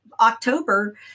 October